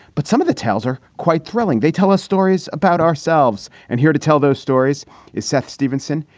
but some of the. tells her quite thrilling. they tell us stories about ourselves. and here to tell those stories is seth stevenson.